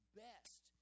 best